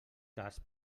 cas